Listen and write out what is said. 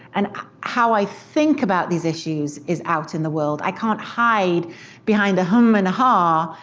and how i think about these issues is out in the world. i can't hide behind a hum and a haw.